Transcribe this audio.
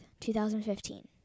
2015